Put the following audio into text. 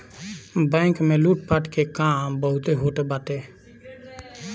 bank में लूटपाट के काम बहुते होत बाटे